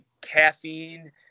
caffeine